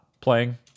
playing